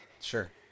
Sure